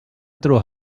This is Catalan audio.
trobar